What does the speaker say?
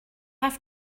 have